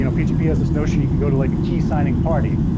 ah pgp has this notion you could go to like a key signing party.